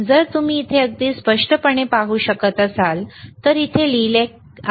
तर जर तुम्ही इथे अगदी स्पष्टपणे पाहू शकत असाल तर इथे काय लिहिले आहे